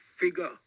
figure